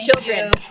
children